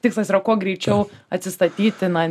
tikslas yra kuo greičiau atsistatyti na